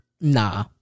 nah